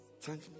Thank